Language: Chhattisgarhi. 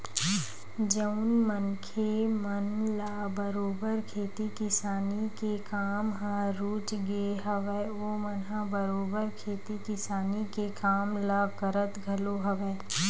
जउन मनखे मन ल बरोबर खेती किसानी के काम ह रुचगे हवय ओमन ह बरोबर खेती किसानी के काम ल करत घलो हवय